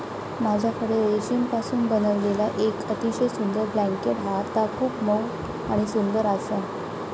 माझ्याकडे रेशीमपासून बनविलेला येक अतिशय सुंदर ब्लँकेट हा ता खूप मऊ आणि सुंदर आसा